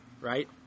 right